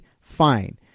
fine